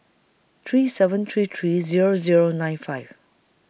three seven three three Zero Zero nine five